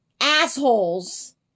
assholes